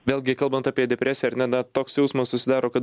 vėlgi kalbant apie depresiją ar ne na toks jausmas susidaro kad